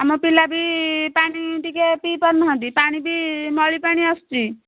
ଆମ ପିଲା ବି ପାଣି ଟିକେ ପିଇପାରୁନାହାନ୍ତି ପାଣି ବି ମଳି ପାଣି ଆସୁଛି